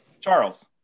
Charles